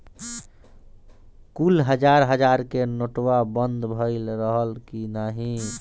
कुल हजार हजार के नोट्वा बंद भए रहल की नाही